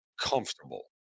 comfortable